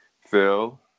Phil